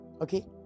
Okay